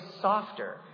softer